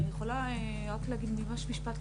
אני יכולה רק להגיד ממש משפט?